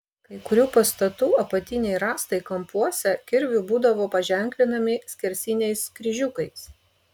kai kurių pastatų apatiniai rąstai kampuose kirviu būdavo paženklinami skersiniais kryžiukais